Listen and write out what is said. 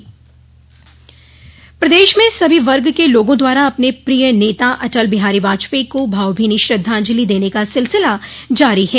प्रदेश में सभी वर्ग के लोगों द्वारा अपने प्रिय नेता अटल बिहारी वाजपेयी को भावभीनी श्रद्धांजलि देने का सिलसिला जारी है